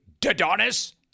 dadonis